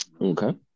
Okay